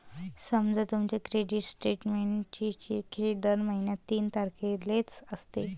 समजा तुमचे क्रेडिट स्टेटमेंटचे चक्र हे दर महिन्याच्या तीन तारखेचे असते